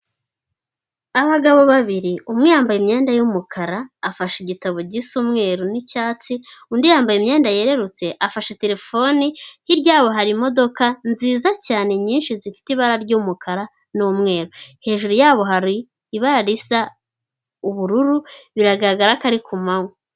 Abagabo babiri umwe yambaye imyenda y'umukara afashe igitabo gisa umweru n'icyatsi, undi yambaye imyenda yerurutse afashe telefoni hirya yabo hari imodoka nziza cyane nyinshi zifite ibara ry'umukara n'umweru, hejuru yabo hari ibara risa ubururu biragaragara ko ari ku manywa.